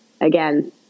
again